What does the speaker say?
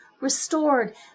restored